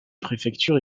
préfecture